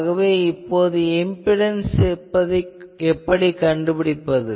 ஆகவே இப்போது எப்படி இம்பிடன்ஸ் கண்டுபிடிப்பது